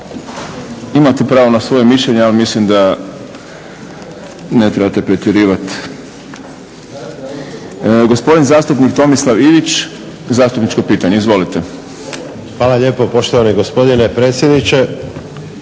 imate pravo na svoje mišljenje ali mislim da ne trebate pretjerivat. Gospodin zastupnik Tomislav Ivić zastupničko pitanje. Izvolite. **Ivić, Tomislav (HDZ)** Hvala lijepo, poštovani gospodine predsjedniče.